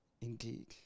indeed